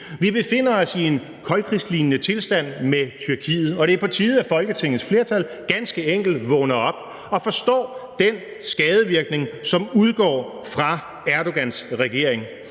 Vi befinder os i en koldkrigslignende tilstand med Tyrkiet, og det er på tide, at Folketingets flertal ganske enkelt vågner op og forstår den skadevirkning, som udgår fra Erdogans regering.